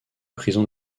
prison